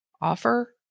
offer